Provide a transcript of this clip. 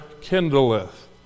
kindleth